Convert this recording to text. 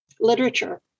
literature